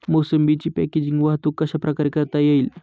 मोसंबीची पॅकेजिंग वाहतूक कशाप्रकारे करता येईल?